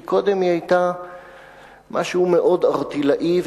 כי קודם היא היתה משהו מאוד ערטילאי,